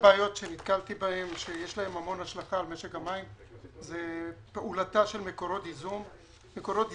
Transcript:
בידיים פרטיות ומתקן אחד ניתן לו זיכיון לחברת מקורות ייזום שהקימה